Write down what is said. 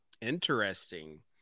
Interesting